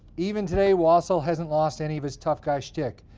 even today, wassel hasn't lost any of his tough guy schtick.